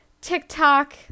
TikTok